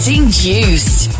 Induced